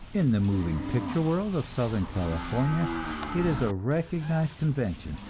in the moving picture world of southern california it is a recognized convention,